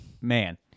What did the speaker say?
Man